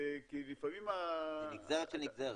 כי לפעמים ה --- זה נגזרת של נגזרת.